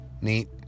neat